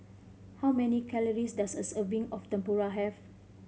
how many calories does a serving of Tempura have